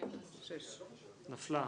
6 נמנעים, אין הרביזיה על סעיף 61 לא נתקבלה.